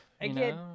Again